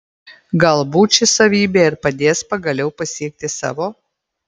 galbūt ši savybė ir padės pagaliau pasiekti savo